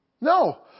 No